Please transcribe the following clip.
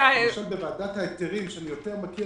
בוועדת ההיתרים שאני יותר מכיר